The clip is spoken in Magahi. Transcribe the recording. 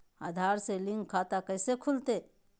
आधार से लिंक खाता कैसे खुलते?